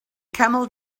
camel